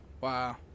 wow